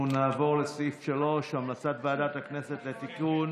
אנחנו נעבור לסעיף 3, המלצת ועדת הכנסת לתיקון